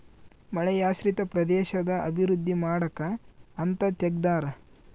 ಮಳೆಯಾಶ್ರಿತ ಪ್ರದೇಶದ ಅಭಿವೃದ್ಧಿ ಮಾಡಕ ಅಂತ ತೆಗ್ದಾರ